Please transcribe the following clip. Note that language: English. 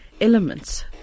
Elements